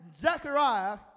Zechariah